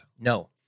No